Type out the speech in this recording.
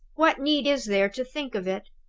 what need is there to think of it?